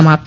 समाप्त